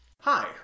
Hi